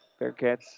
Bearcats